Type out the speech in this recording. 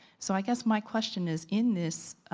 so i guess my question is, in this